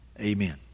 Amen